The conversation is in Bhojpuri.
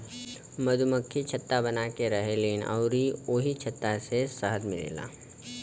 मधुमक्खि छत्ता बनाके रहेलीन अउरी ओही छत्ता से शहद मिलेला